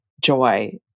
joy